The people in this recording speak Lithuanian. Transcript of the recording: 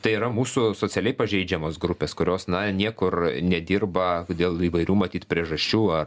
tai yra mūsų socialiai pažeidžiamos grupės kurios na niekur nedirba dėl įvairių matyt priežasčių ar